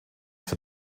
for